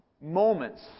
moments